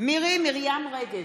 מירי מרים רגב,